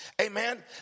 Amen